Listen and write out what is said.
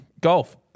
Golf